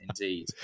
indeed